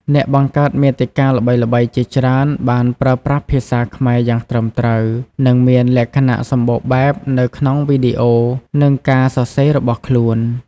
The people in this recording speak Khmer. អ្នកបង្កើតមាតិកាល្បីៗជាច្រើនបានប្រើប្រាស់ភាសាខ្មែរយ៉ាងត្រឹមត្រូវ និងមានលក្ខណៈសម្បូរបែបនៅក្នុងវីដេអូ និងការសរសេររបស់ខ្លួន។